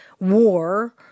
war